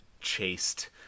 chased